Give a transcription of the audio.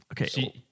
Okay